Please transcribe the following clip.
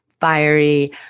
fiery